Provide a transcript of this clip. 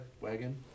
wagon